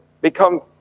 become